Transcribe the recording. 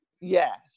Yes